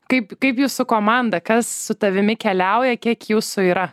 kaip kaip jūsų komanda kas su tavimi keliauja kiek jūsų yra